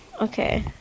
okay